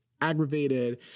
aggravated